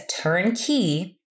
turnkey